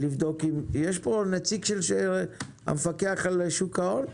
יש פה נציג של המפקח על שוק ההון?